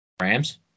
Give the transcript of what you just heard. Rams